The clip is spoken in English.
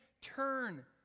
turn